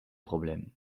problème